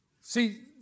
See